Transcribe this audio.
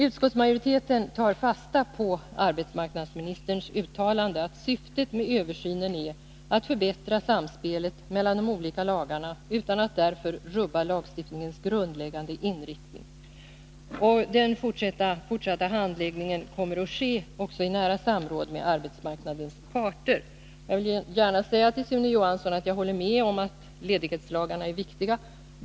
Utskottsmajoriteten tar fasta på arbetsmarknadsministerns uttalande, att syftet med översynen är att förbättra samspelet mellan de olika lagarna utan att därför rubba lagstiftningens grundläggande inriktning. Den fortsatta handläggningen kommer att ske i nära samråd med arbetsmarknadens parter. Jag vill gärna säga till Sune Johansson att jag håller med om att ledighetslagarna är viktiga.